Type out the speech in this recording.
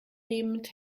nehmend